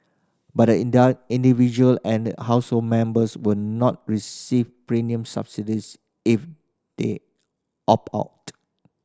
but the individual and household members will not receive premium subsidies if they opt out